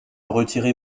retirez